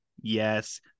Yes